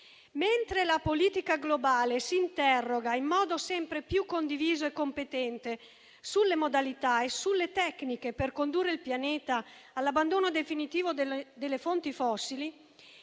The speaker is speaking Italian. Mentre la politica globale si interroga, in modo sempre più condiviso e competente, sulle modalità e sulle tecniche per condurre il pianeta all'abbandono definitivo delle fonti fossili,